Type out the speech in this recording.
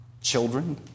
children